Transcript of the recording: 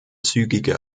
zügige